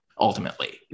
ultimately